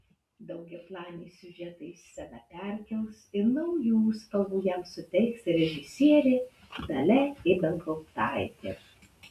daugiaplanį siužetą į sceną perkels ir naujų spalvų jam suteiks režisierė dalia ibelhauptaitė